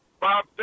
Bob